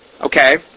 Okay